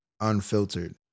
unfiltered